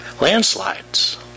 landslides